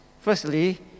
firstly